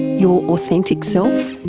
your authentic self?